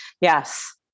Yes